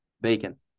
Bacon